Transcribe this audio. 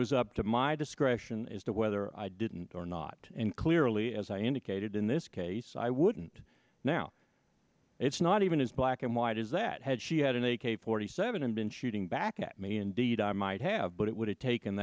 was up to my discretion as to whether i didn't or not and clearly as i indicated in this case i wouldn't now it's not even as black and white is that had she had an a k forty seven and been shooting back at me indeed i might have but it would have taken